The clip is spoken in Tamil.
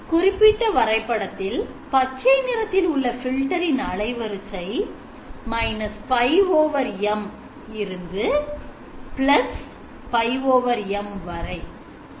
குறிப்பிட்ட வரைபடத்தில் பச்சை நிறத்தில்உள்ள filter இன் அலைவரிசை −π M to π M